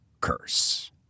curse